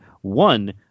One